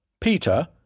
Peter